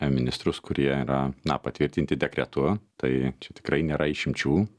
ministrus kurie yra na patvirtinti dekretu tai čia tikrai nėra išimčių